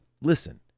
listen